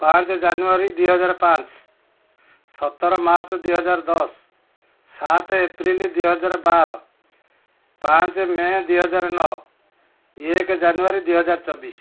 ପାଞ୍ଚ ଜାନୁଆରୀ ଦୁଇ ହଜାର ପାଞ୍ଚ ସତର ମାର୍ଚ୍ଚ ଦୁଇ ହଜାର ଦଶ ସାତ ଏପ୍ରିଲ ଦୁଇ ହଜାର ବାର ପାଞ୍ଚ ମେ ଦୁଇ ହଜାର ନଅ ଏକ ଜାନୁଆରୀ ଦୁଇ ହଜାର ଚବିଶ